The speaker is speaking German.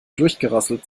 durchgerasselt